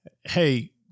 hey